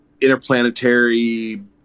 interplanetary